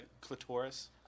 clitoris